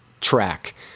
track